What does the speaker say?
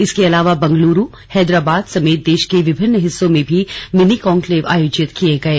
इसके अलावा बंगलुरू हैदराबाद समेत देश के विभिन्न हिस्सों में भी मिनी कॉन्क्लेव आयोजित किये गये